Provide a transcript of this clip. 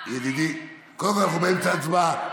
ידידי, קודם כול, אנחנו באמצע ההצבעה.